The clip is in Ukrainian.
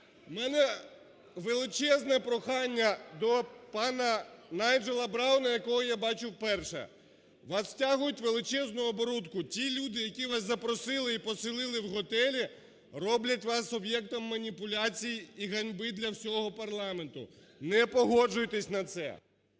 У мене величезне прохання до пана Найджела Брауна, якого я бачу вперше. Вас тягнуть в величезну оборутку. Ті люди, які вас запросили і поселили в готелі, роблять вас об'єктом маніпуляцій і ганьби для всього парламенту. Не погоджуйтесь на це.